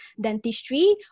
dentistry